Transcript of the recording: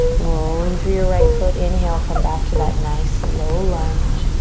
rolling through your right foot, inhale come back to that nice low lunge.